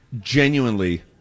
genuinely